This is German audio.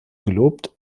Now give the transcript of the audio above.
gelobt